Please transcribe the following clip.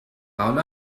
حالا